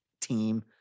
team